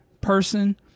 person